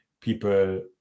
people